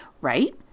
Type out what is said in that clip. Right